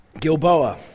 Gilboa